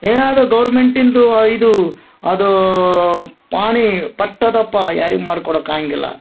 ಏನಾದರೂ ಗೌರ್ಮೆಂಟಿಂದು ಇದು ಅದು ಪಹಣಿ ಪಟ್ಟದ ಪಾ ಯಾರಿಗ ಮಾಡ್ಕೊಡಾಕ ಆಗಂಗಿಲ್ಲ